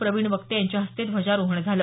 प्रविण वक्ते यांच्या हस्ते ध्वजारोहण झालं